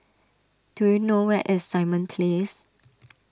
do you know where is Simon Place